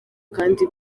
kandi